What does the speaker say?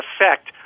effect